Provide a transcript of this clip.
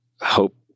hope